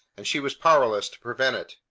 and she was powerless to prevent it.